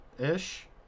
ish